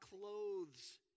clothes